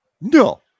No